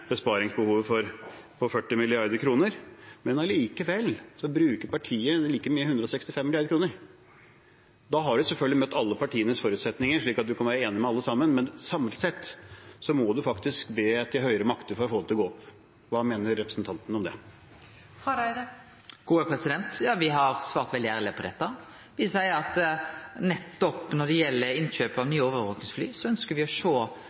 besparingsbehovet på 40 mrd. kr. Allikevel bruker partiet like mye, 165 mrd. kr. Da har man selvfølgelig møtt alle partienes forutsetninger, slik at man kan være enig med alle, men samlet sett må man faktisk be til høyere makter for å få det til å gå opp. Hva mener representanten om det? Me har svart veldig ærleg på dette. Me seier at når det gjeld innkjøp av nye overvakingsfly, ønskjer me å sjå